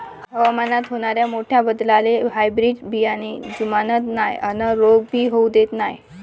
हवामानात होनाऱ्या मोठ्या बदलाले हायब्रीड बियाने जुमानत नाय अन रोग भी होऊ देत नाय